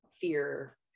fear